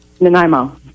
Nanaimo